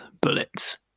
bullets